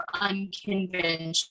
unconventional